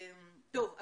טוב,